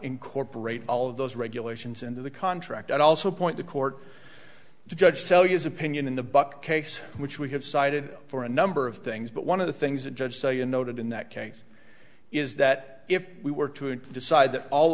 incorporate all of those regulations into the contract and also point the court judge so use opinion in the buck case which we have cited for a number of things but one of the things that judge so you noted in that case is that if we were to and decide that all